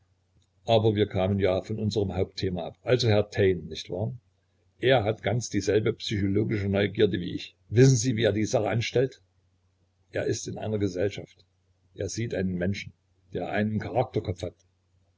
aber wir kamen ja von unserm hauptthema ab also herr taine nicht wahr er hat ganz dieselbe psychologische neugierde wie ich wissen sie wie er die sache anstellt er ist in einer gesellschaft er sieht einen menschen der einen charakterkopf hat